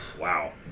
Wow